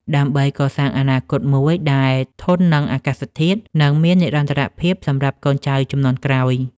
ដើម្បីកសាងអនាគតមួយដែលធន់នឹងអាកាសធាតុ និងមាននិរន្តរភាពសម្រាប់កូនចៅជំនាន់ក្រោយ។